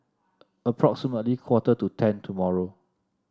approximately quarter to ten tomorrow